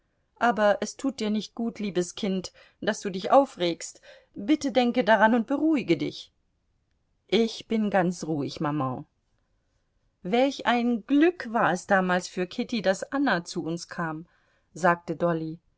aber es tut dir nicht gut liebes kind daß du dich aufregst bitte denke daran und beruhige dich ich bin ganz ruhig maman welch ein glück war es damals für kitty daß anna zu uns kam sagte dolly